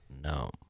no